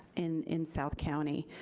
in in south county,